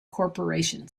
corporation